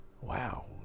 wow